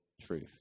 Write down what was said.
truth